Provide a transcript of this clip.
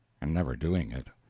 and never doing it.